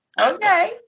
Okay